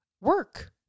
work